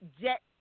jet